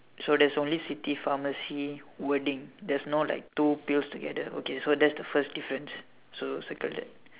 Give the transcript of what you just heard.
so there's only city pharmacy wording there's no like two pills together okay so that's the first difference so circle that